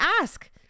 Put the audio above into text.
ask